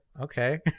okay